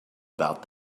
about